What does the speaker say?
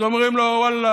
אז אומרים לו: ואללה,